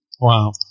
Wow